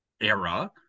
era